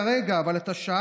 אבל זה לא הערכות.